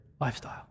lifestyle